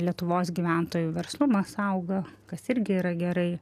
lietuvos gyventojų verslumas auga kas irgi yra gerai